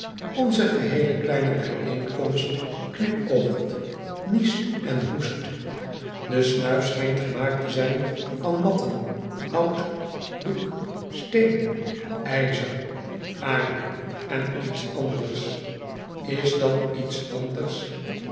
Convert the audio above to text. onze geheele kleine bijeenkomst knipoogt niest en hoest de snuif schijnt gemaakt te zijn van matten hout doek steen ijzer aarde en iets anders is dat iets anders